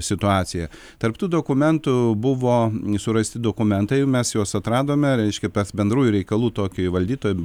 situaciją tarp tų dokumentų buvo surasti dokumentai mes juos atradome reiškia bendrųjų reikalų tokį valdytoją